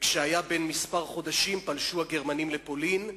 וכשהיה בן כמה חודשים פלשו הגרמנים לפולין.